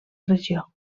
regió